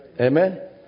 Amen